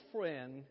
friend